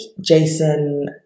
Jason